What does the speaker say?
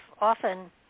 often